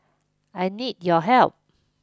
I need your help